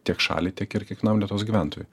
tiek šaliai tiek ir kiekvienam lietuvos gyventojui